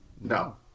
No